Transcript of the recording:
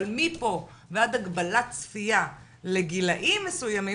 אבל מפה ועד הגבלת צפייה לגילאים מסוימים,